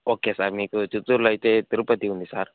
okay sir మీకు చిత్తూరులో అయితే తిరుపతి ఉంది సార్